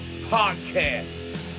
podcast